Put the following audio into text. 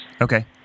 Okay